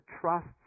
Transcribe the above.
trusts